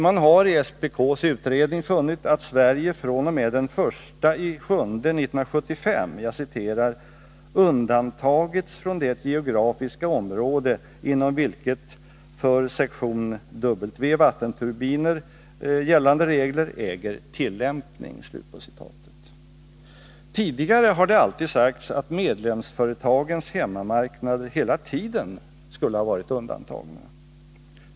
Man har i SPK:s utredning funnit att Sverige fr.o.m. den 1 juli 1975 ”undantagits från det geografiska område inom vilket för sektion W Vattenturbiner gällande regler äger tillämpning”. Tidigare har det alltid sagts att medlemsföretagens hemmamarknader hela tiden skulle ha varit undantagna.